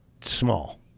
small